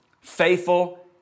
faithful